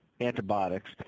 antibiotics